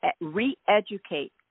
re-educate